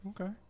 Okay